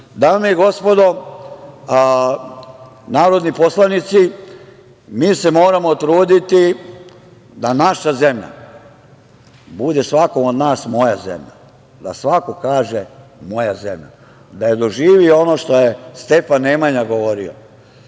i gospodo narodni poslanici, mi se moramo truditi da naša zemlja bude svakom od nas moja zemlja, da svako kaže - moja zemlja, da doživi ono što je Stefan Nemanja govorio